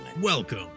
welcome